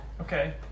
Okay